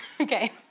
okay